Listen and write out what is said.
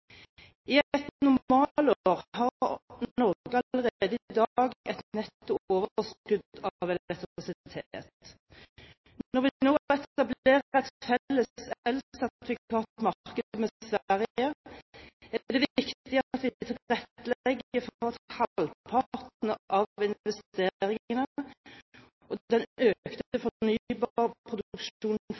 et normalår har Norge allerede i dag et netto overskudd av elektrisitet. Når vi nå etablerer et felles elsertifikatmarked med Sverige, er det viktig at vi tilrettelegger for at halvparten av investeringene og den økte fornybarproduksjonen faktisk kommer i Norge. Avtalen om elsertifikater sier at